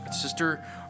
Sister